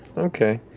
okay.